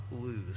lose